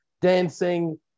dancing